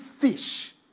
fish